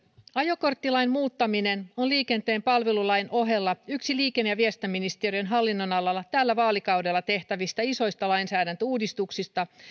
ajokorttilain muuttaminen on liikenteen palvelulain ohella yksi liikenne ja viestintäministeriön hallinnonalalla tällä vaalikaudella tehtävistä isoista lainsäädäntöuudistuksista